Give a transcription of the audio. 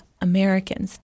Americans